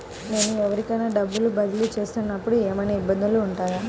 నేను ఎవరికైనా డబ్బులు బదిలీ చేస్తునపుడు ఏమయినా ఇబ్బందులు వుంటాయా?